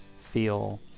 feel